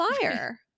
fire